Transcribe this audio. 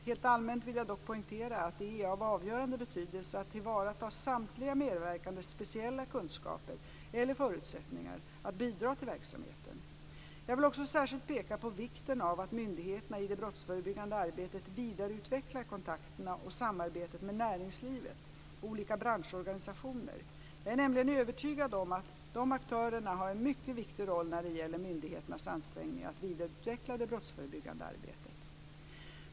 Helt allmänt vill jag dock poängtera att det är av avgörande betydelse att tillvarata samtliga medverkandes speciella kunskaper eller förutsättningar att bidra till verksamheten. Jag vill också särskilt peka på vikten av att myndigheterna i det brottsförebyggande arbetet vidareutvecklar kontakterna och samarbetet med näringslivet och olika branschorganisationer. Jag är nämligen övertygad om att dessa aktörer har en mycket viktig roll när det gäller myndigheternas ansträngningar att vidareutveckla det brottsförebyggande arbetet.